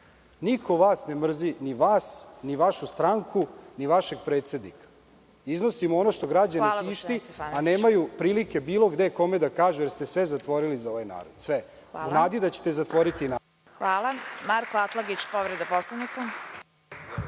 Niko vas ne mrzi, ni vas, ni vašu stranku, ni vašeg predsednika. Iznosimo ono što građane tišti, a nemaju prilike bilo gde kome da kažu, jer ste sve zatvorili za ovaj narod. **Vesna Kovač** Hvala. Narodni poslanik Marko Atlagić, povreda Poslovnika.